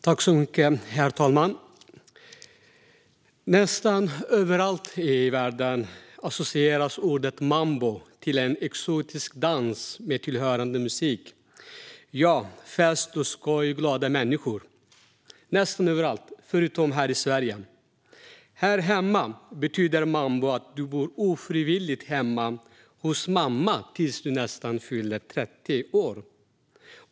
Herr talman! Nästan överallt i världen associeras ordet mambo till en exotisk dans med tillhörande musik. Ja, fest och skoj och glada människor. Nästan överallt, förutom här i Sverige! Här hemma betyder mambo att du bor ofrivilligt hemma hos mamma tills du nästan fyller 30 år.